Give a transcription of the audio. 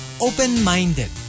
Open-minded